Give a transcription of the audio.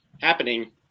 happening